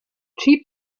cheap